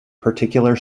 particular